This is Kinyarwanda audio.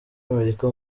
amerika